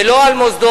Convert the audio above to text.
ולא על מוסדות